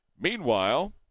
Meanwhile